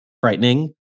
frightening